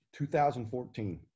2014